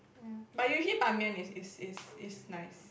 but usually Ban-Mian is is is is nice